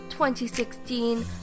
2016